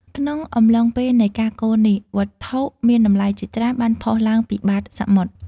ក្នុងអំឡុងពេលនៃការកូរនេះ វត្ថុមានតម្លៃជាច្រើនបានផុសឡើងពីបាតសមុទ្រ។